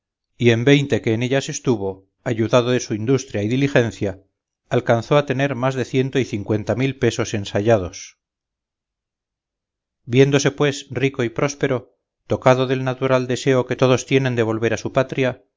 y en veinte que en ellas estuvo ayudado de su industria y diligencia alcanzó a tener más de ciento y cincuenta mil pesos ensayados viéndose pues rico y próspero tocado del natural deseo que todos tienen de volver a su patria